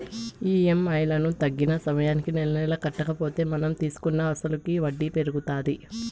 EMI లను తగిన సమయానికి నెలనెలా కట్టకపోతే మనం తీసుకున్న అసలుకి వడ్డీ పెరుగుతాది